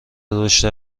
رشد